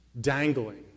dangling